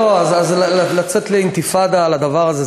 אבל לצאת לאינתיפאדה על הדבר הזה,